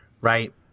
right